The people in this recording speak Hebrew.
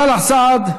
סאלח סעד,